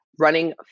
running